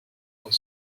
dans